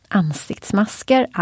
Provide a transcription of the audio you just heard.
ansiktsmasker